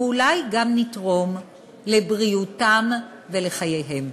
ואולי גם נתרום לבריאותם ולחייהם.